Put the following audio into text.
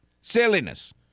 silliness